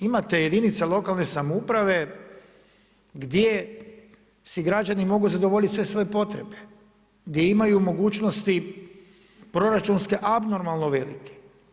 Imate jedinica lokalne samouprave, gdje se građani mogu zadovoljiti sve svoje potrebe, gdje imaju mogućnosti proračunske abnormalno velike.